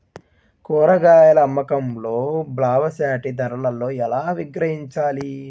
కూరగాయాల అమ్మకంలో లాభసాటి ధరలలో ఎలా విక్రయించాలి?